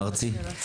ארצ"י?